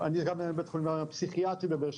ו-ב(1)